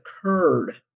occurred